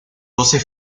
doce